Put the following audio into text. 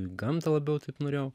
į gamtą labiau taip norėjau